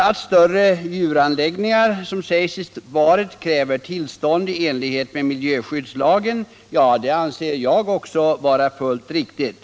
Att större djuranläggningar, vilket sägs i svaret, kräver tillstånd i enlighet med miljöskyddslagen anser jag också vara fullt riktigt.